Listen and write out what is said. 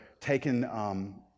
taken